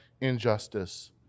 injustice